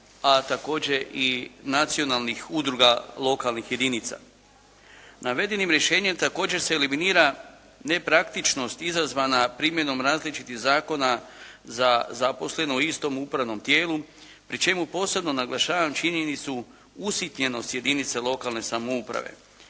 a također i nacionalnih udruga lokalnih jedinica. Navedenim rješenjem također se eliminira nepraktičnost izazvana primjenom različitih zakona za zaposlene u istom upravnom tijelu, pri čemu posebno naglašavam činjenicu usitnjenost jedinice lokalne samouprave,